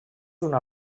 una